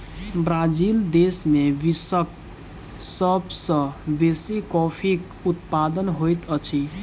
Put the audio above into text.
Brazil देश में विश्वक सब सॅ बेसी कॉफ़ीक उत्पादन होइत अछि